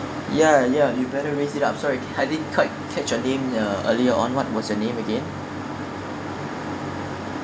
ya ya you better raise it up sorry I didn't quite catch your name uh earlier on what was your name again